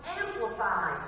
amplify